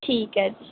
ਠੀਕ ਹੈ ਜੀ